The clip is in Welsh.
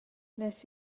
wnes